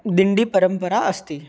दिण्डिपरम्परा अस्ति